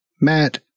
Matt